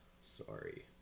Sorry